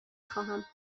خواهم